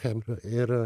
chebra ir